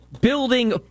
Building